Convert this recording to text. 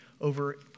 over